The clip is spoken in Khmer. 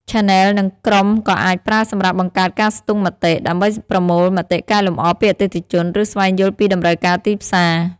ឆានែល និងក្រុមក៏អាចប្រើសម្រាប់បង្កើតការស្ទង់មតិ ដើម្បីប្រមូលមតិកែលម្អពីអតិថិជន ឬស្វែងយល់ពីតម្រូវការទីផ្សារ។